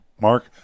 Mark